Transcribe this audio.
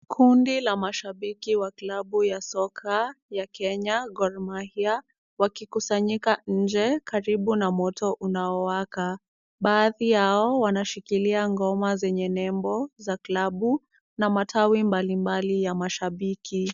Kundi la mashabiki wa klabu ya soka ya Kenya Gor Mahia, wakikusanyika nje karibu na moto unaowaka. Baadhi yao wanashikilia ngoma zenye nembo za klabu na matawi mbalimbali ya mashabiki.